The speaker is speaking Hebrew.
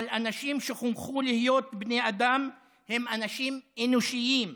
אבל אנשים שחונכו להיות בני אדם הם אנשים אנושיים.